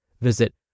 Visit